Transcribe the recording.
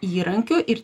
įrankiu ir